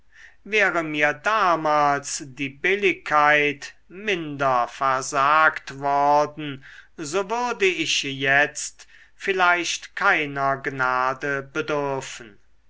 wäre mir damals die billigkeit minder versagt worden so würde ich jetzt vielleicht keiner gnade bedürfen